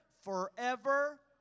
forever